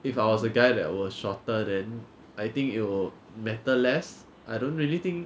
if I was a guy that was shorter then I think it'll matter less I don't really think